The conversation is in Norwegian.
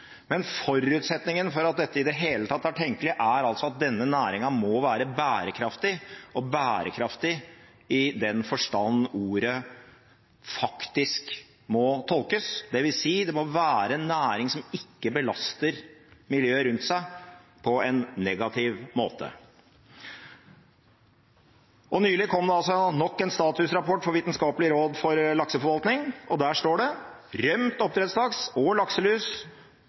Men forutsetningen for at dette i det hele tatt er tenkelig, er at denne næringen må være bærekraftig, og bærekraftig i den forstand ordet faktisk må tolkes, dvs. det må være en næring som ikke belaster miljøet rundt seg på en negativ måte. Og nylig kom det altså nok en statusrapport fra Vitenskapelig råd for lakseforvaltning, og der står det: «Rømt oppdrettslaks og lakselus